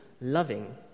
loving